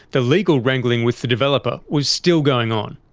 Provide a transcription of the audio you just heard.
the legal wrangling with the developer was still going on,